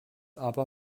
aber